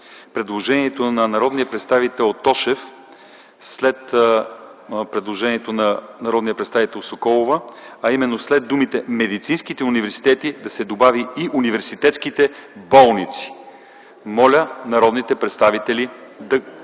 предложението на народния представител Тошев, след предложението на народния представител Соколова, а именно в ал. 2 след думите „медицинските университети” да се добави „и университетските болници”. Моля народните представители да гласуват.